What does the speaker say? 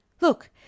Look